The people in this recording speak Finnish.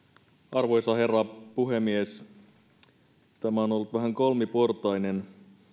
arvoisa herra puhemies tämä on ollut vähän kolmiportainen